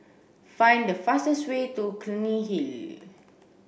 find the fastest way to Clunny Hill